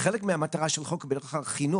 חלק מהמטרה של החוק הזה הוא בכלל חינוך,